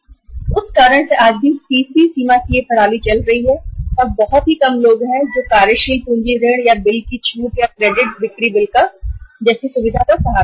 तो उसी कारण से आज भी सीसी सीमा की यह प्रणाली चल रही है और बहुत कम लोग कार्यशील पूँजी ऋण या क्रेडिट बिक्री बिल पर छूट जैसी सुविधा का सहारा ले रहे हैं